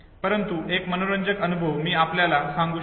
परंतु एक मनोरंजक अनुभव मी आपल्याला सांगू शकतो